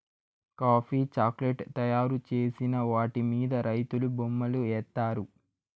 coffee chocolate తయారు చేసిన వాటి మీద రైతులు బొమ్మలు ఏత్తారు